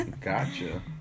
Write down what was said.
gotcha